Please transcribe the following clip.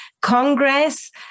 Congress